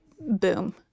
boom